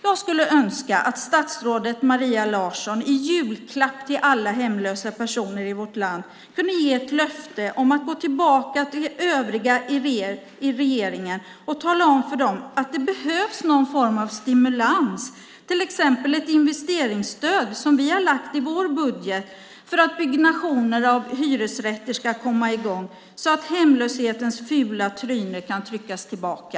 Jag skulle önska att statsrådet Maria Larsson i julklapp till alla hemlösa personer i vårt land kunde ge ett löfte om att gå tillbaka till övriga i regeringen och tala om för dem att det behövs någon form av stimulans, till exempel ett investeringsstöd som vi har lagt fram förslag om i vår budget, för att byggnationer av hyresrätter ska komma i gång så att hemlöshetens fula tryne kan tryckas tillbaka.